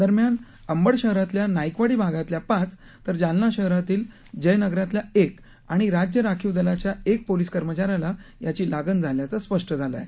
दरम्यान अंबड शहरातल्या नाईकवाडी भागातल्या पाच तर जालना शहरातील जयनगरातल्या एका आणि राज्य राखीव दलाच्या एका पोलीस कर्मचाऱ्याला याची लागण झाल्याचं स्पष्ट झालं आहे